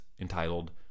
entitled